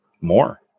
more